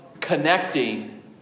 connecting